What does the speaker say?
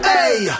Hey